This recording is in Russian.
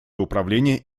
управление